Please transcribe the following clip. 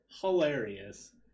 hilarious